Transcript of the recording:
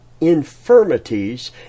infirmities